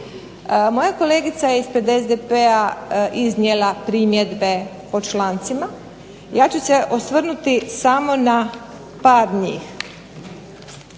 Moja kolegica ispred SDP-a iznijela primjedbe po člancima. Ja ću se osvrnuti samo na par njih.